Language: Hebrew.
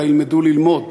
אלא ילמדו גם ללמוד,